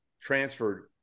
transferred